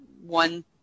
one